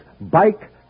Bike